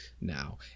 now